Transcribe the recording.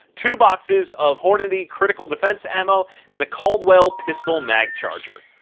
two boxes of hornady critical defense ammo and a caldwell pistol mag charger.